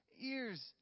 ears